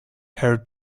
her